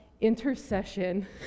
intercession